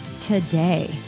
today